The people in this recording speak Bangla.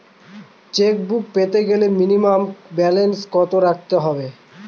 চেকবুক পেতে গেলে মিনিমাম ব্যালেন্স কত রাখতে হবে?